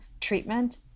treatment